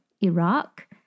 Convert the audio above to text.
Iraq